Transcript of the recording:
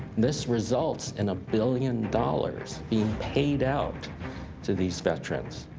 this results in a billion dollars being paid out to these veterans.